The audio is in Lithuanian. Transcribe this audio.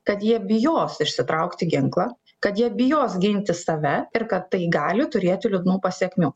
kad jie bijos išsitraukti ginklą kad jie bijos ginti save ir kad tai gali turėti liūdnų pasekmių